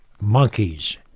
monkeys